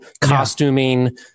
costuming